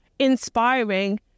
inspiring